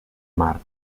mar